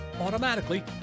automatically